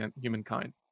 humankind